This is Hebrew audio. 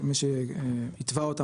מי שהתווה אותם,